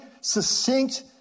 succinct